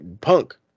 Punk